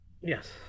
Yes